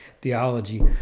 Theology